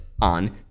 on